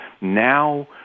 Now